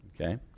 okay